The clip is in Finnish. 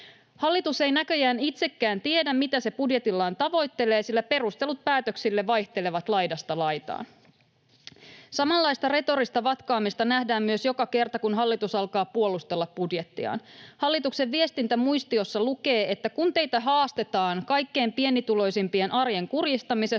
Hallitus ei näköjään itsekään tiedä, mitä se budjetillaan tavoittelee, sillä perustelut päätöksille vaihtelevat laidasta laitaan. Samanlaista retorista vatkaamista nähdään myös joka kerta, kun hallitus alkaa puolustella budjettiaan. Hallituksen viestintämuistiossa lukee, että kun teitä haastetaan kaikkein pienituloisimpien arjen kurjistamisesta,